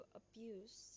abuse